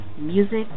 Music